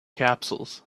capsules